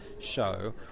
show